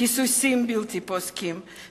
היסוסים בלתי פוסקים,